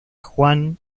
juan